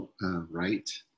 right